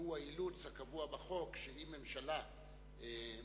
והיא האילוץ הקבוע בחוק שאם ממשלה מתכוננת,